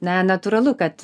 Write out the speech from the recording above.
na natūralu kad